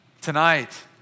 Tonight